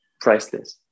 priceless